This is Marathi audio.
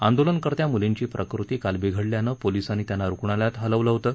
आंदोलनकर्त्या मुलींची प्रकृती काल बिघडल्यानं पोलिसांनी त्यांना रुग्णालयात हलवलं होतं